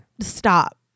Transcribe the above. Stop